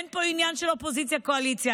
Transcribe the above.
אין פה עניין של אופוזיציה וקואליציה,